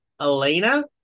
Elena